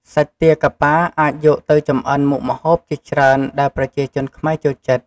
សាច់ទាកាប៉ាអាចយកទៅចម្អិនមុខម្ហូបជាច្រើនដែលប្រជាជនខ្មែរចូលចិត្ត។